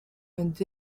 auront